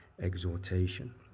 exhortation